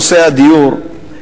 נושא הדיור,